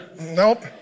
Nope